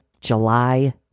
July